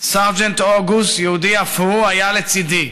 סרג'נט אוגוס, יהודי אף הוא, היה לצידי.